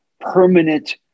permanent